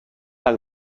par